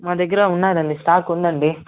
మా దగ్గర ఉన్నాదండి స్టాక్ ఉందండి